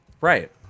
Right